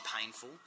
painful